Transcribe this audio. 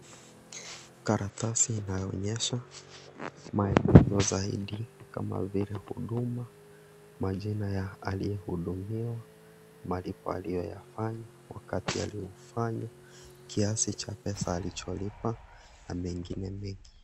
Karatasi inayoonyesha maelezo zaidi kama vile huduma, majina ya aliyehudumiwa, malipo aliyoyafanya, wakati alioufanya, kiasi cha pesa alicholipa na mengine mengi.